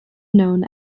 known